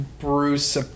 bruce